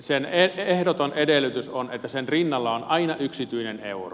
sen ehdoton edellytys on että sen rinnalla on aina yksityinen euro